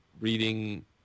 reading